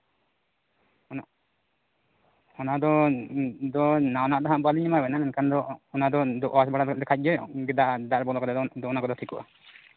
ᱚᱱᱟ ᱚᱱᱟ ᱫᱚ ᱱᱟᱣᱟᱱᱟᱜ ᱫᱚ ᱱᱟᱜ ᱵᱟᱹᱞᱤᱧ ᱮᱢᱟ ᱵᱮᱱᱟ ᱢᱮᱱᱠᱷᱟᱱ ᱫᱚ ᱚᱣᱟᱥ ᱵᱟᱲᱟ ᱜᱮᱫ ᱞᱮᱠᱷᱟᱡ ᱜᱮ ᱫᱟᱜ ᱫᱟᱜ ᱨᱮ ᱵᱚᱞᱚ ᱠᱟᱛᱮ ᱫᱚ ᱚᱱᱟ ᱫᱚ ᱴᱷᱤᱠᱚᱜᱼᱟ